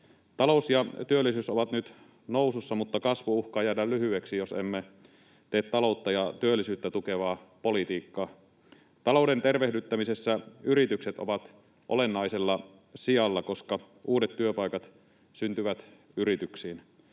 Talous ja työllisyys ovat nyt nousussa, mutta kasvu uhkaa jäädä lyhyeksi, jos emme tee taloutta ja työllisyyttä tukevaa politiikkaa. Talouden tervehdyttämisessä yritykset ovat olennaisella sijalla, koska uudet työpaikat syntyvät yrityksiin.